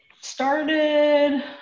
started